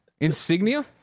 Insignia